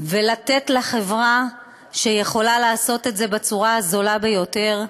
ולתת לחברה שיכולה לעשות את זה בצורה הזולה ביותר,